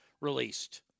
released